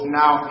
now